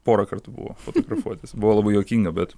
porą kartų buvo fotografuotis buvo labai juokinga bet